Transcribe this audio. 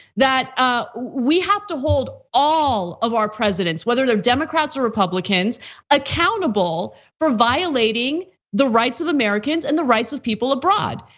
that ah we have to hold all of our presidents, whether they're democrats, or republicans accountable for violating the rights of americans. and the rights of people abroad,